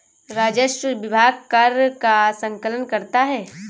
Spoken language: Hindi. राजस्व विभाग कर का संकलन करता है